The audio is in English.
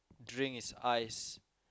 drink is ice